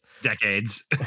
decades